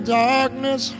darkness